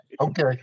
Okay